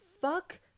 fuck